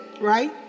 right